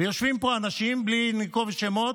יושבים פה אנשים, בלי לנקוב שמות,